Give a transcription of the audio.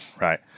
Right